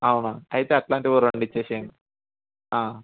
అవునా అయితే అట్లాంటివి ఓ రెండు ఇచ్చేసేయండి